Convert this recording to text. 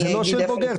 זה לא של בוגר.